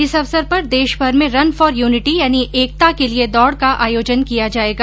इस अवसर पर देशभर में रन फोर यूनिटी यानि एकता के लिये दौड का आयोजन किया जायेगा